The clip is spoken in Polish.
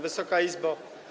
Wysoka Izbo!